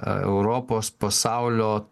europos pasaulio